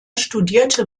studierte